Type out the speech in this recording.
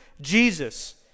Jesus